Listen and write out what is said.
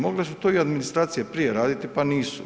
Mogle su to administracije prije raditi pa nisu.